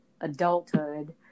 adulthood